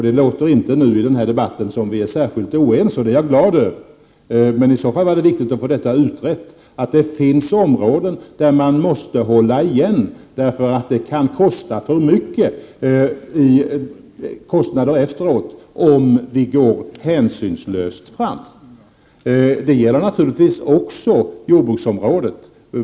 Det låter i den här debatten inte som om vi är särskilt oense, och det är jag glad över, men i så fall var det viktigt att få utrett att det finns områden, där man måste hålla igen därför att det kan kosta för mycket efteråt om vi går hänsynslöst fram. Det gäller naturligtvis också jordbruksområdet.